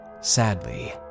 Sadly